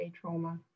trauma